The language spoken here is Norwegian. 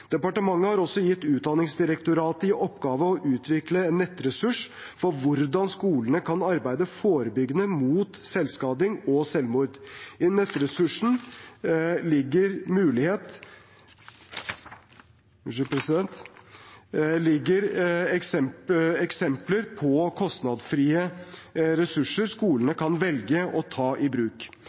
Departementet har også gitt Utdanningsdirektoratet i oppgave å utvikle en nettressurs for hvordan skolene kan arbeide forebyggende mot selvskading og selvmord. I nettressursen ligger eksempler på kostnadsfrie ressurser skolene kan velge å ta i bruk.